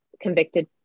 convicted